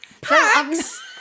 Packs